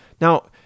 Now